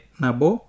nabo